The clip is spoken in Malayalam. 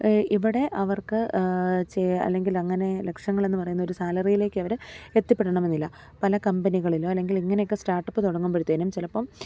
ഇവിടെ അവർക്ക് ചെയ്യ് അല്ലെങ്കിൽ അങ്ങനെ ലക്ഷങ്ങൾ എന്നു പറയുന്ന ഒരു സാലറിയിലേക്ക് അവർ എത്തിപ്പെടണമെന്നില്ല പല കമ്പനികളിലോ അല്ലെങ്കിൽ ഇങ്ങനെയൊക്കെ സ്റ്റാർട്ട് അപ്പ് തുടങ്ങുമ്പോഴത്തേനും ചിലപ്പം